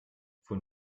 von